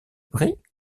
brie